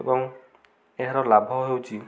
ଏବଂ ଏହାର ଲାଭ ହେଉଛି